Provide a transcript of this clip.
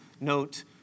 note